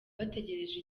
bategereje